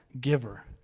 giver